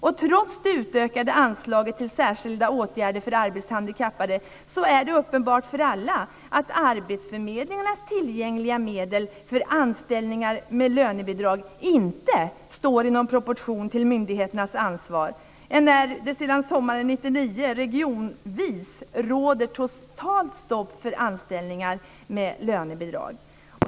Trots det utökade anslaget till särskilda åtgärder för arbetshandikappade är det uppenbart för alla att arbetsförmedlingarnas tillgängliga medel för anställningar med lönebidrag inte står i någon proportion till myndigheternas ansvar, enär det sedan sommaren 1999 regionvis råder totalt stopp för anställningar med lönebidrag.